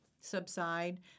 subside